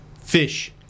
Fish